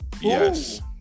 yes